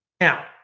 Now